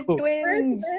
twins